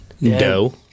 No